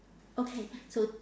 okay so